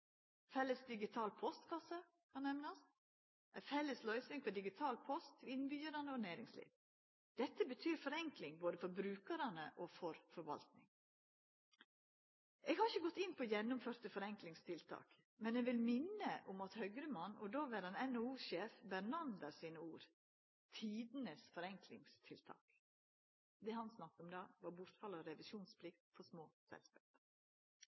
Felles digital postkasse kan nemnast. Dette er ei felles løysing for digital post til innbyggjarane og næringsliv. Dette betyr forenkling både for brukarane og for forvaltinga. Eg har ikkje gått inn på gjennomførte forenklingstiltak, men eg vil minna om Høgre-mannen og dåverande NHO-sjef Bernander sine ord: «Tidenes forenklingstiltak». Det han snakka om da, var bortfallet av revisjonsplikt for små